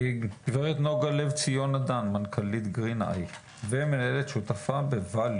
גברת נגה לבציון נדן מנכ"לית Greeneye"" שותפה ב-"value"